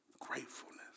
Gratefulness